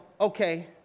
okay